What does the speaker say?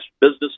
business